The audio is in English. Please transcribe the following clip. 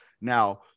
now